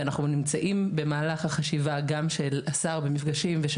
ואנחנו נמצאים במהלך החשיבה של השר במפגשים ושל